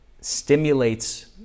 stimulates